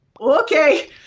okay